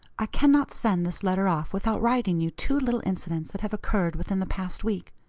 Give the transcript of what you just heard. i cannot send this letter off without writing you two little incidents that have occurred within the past week.